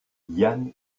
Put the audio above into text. yann